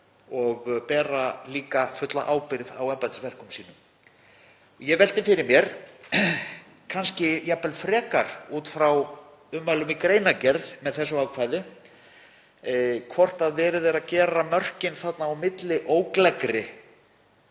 og bera líka fulla ábyrgð á embættisverkum sínum. Ég velti því fyrir mér, kannski jafnvel frekar út frá ummælum í greinargerð með þessu ákvæði, hvort verið er að gera mörkin þarna á milli ógleggri,